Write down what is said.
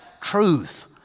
truth